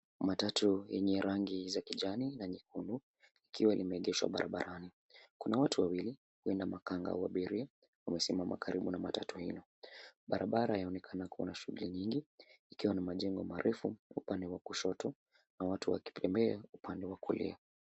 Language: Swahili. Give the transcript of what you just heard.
Matatu yenye rangi za kijani na nyekundu likiwa limeegeshwa barabarani, kuna watu wawili huenda makanga wa abiria wamesimama karibu na matatu hio. Barabara yaonekana kuwa na mashughuli nyingi ikiwa na majengo marefu uande wa kushoto na watu wakitembea uande wa kulia.